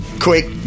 quick